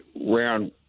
round